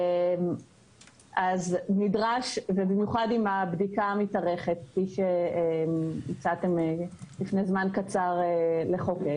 אז נדרש במיוחד אם הבדיקה מתארכת כפי שהצעתם לפני זמן קצר לחוקק,